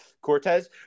Cortez